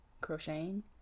crocheting